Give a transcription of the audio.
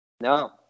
no